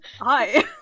Hi